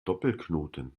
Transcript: doppelknoten